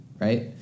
right